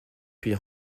puis